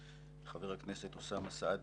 חבר הכנסת אוסאמה סעדי.